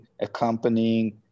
accompanying